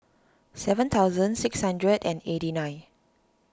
seven thousand six hundred and eighty nine